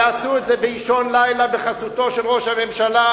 יעשו את זה באישון לילה בחסותו של ראש הממשלה,